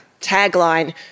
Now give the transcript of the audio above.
tagline